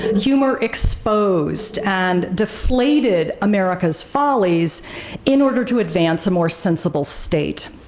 humor exposed and deflated america's follies in order to advance a more sensible state.